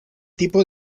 tipo